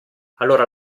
allora